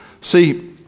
See